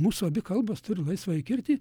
mūsų abi kalbos turi laisvąjį kirtį